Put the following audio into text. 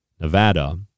Nevada